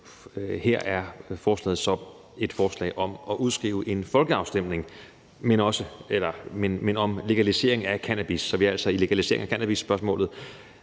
så et forslag om at udskrive en folkeafstemning om legalisering af cannabis. Så vi er altså i legalisering af cannabis-spørgsmålet,